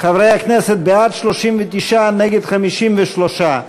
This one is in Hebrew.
חברי הכנסת, בעד, 39, נגד 53,